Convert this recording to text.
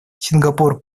сингапур